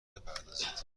بپردازید